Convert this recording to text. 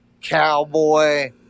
cowboy